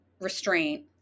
restraint